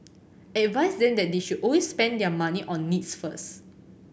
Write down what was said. advise them that they should always spend their money on needs first